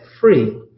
free